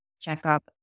checkup